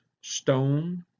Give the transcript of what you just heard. stone